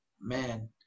man